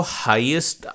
highest